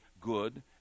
good